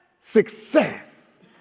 success